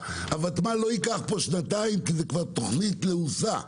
הותמ"ל לא ייקח פה שנתיים כי זו כבר תכנית לעוסה,